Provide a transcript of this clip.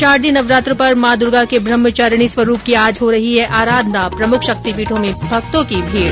शारदीय नवरात्र पर मां दूर्गा के ब्रहमचारणी स्वरूप की आज हो रही है आराधना प्रमुख शक्ति पीठों में भक्तों की भीड़